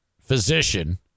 physician